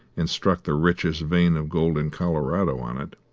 and struck the richest vein of gold in colorado on it.